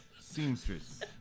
seamstress